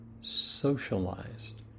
socialized